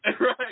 Right